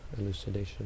elucidation